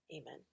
Amen